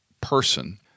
person